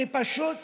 אני פשוט